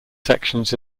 sections